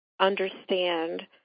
understand